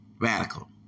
radical